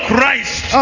Christ